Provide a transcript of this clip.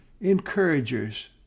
encouragers